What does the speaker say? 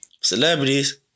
Celebrities